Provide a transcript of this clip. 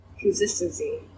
Consistency